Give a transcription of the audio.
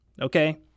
okay